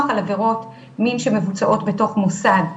על עבירות מין שמבוצעות בתוך מוסד חינוכי.